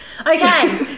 Okay